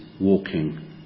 walking